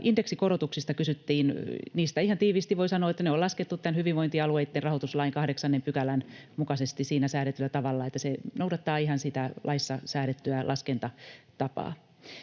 indeksikorotuksista kysyttiin: Niistä ihan tiiviisti voi sanoa, että ne on laskettu tämän hyvinvointialueitten rahoituslain 8 §:n mukaisesti siinä säädetyllä tavalla. Että se noudattaa ihan sitä laissa säädettyä laskentatapaa.